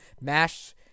mash